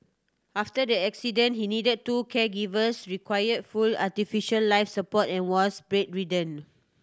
after the accident he needed two caregivers required full artificial life support and was bedridden